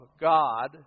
God